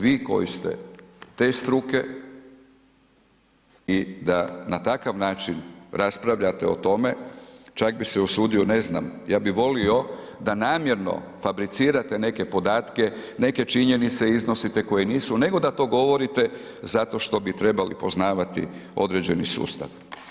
Vi koji ste te struke i da na takav način raspravljate o tome čak bi se usudio ne znam, ja bih volio da namjerno fabricirate neke podatke, neke činjenice iznosite koje nisu nego da to govorite zato što bi trebali poznavati određeni sustav.